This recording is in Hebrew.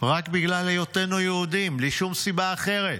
רק בגלל היותנו יהודים, בלי שום סיבה אחרת.